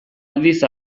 aldiz